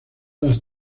las